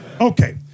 Okay